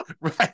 right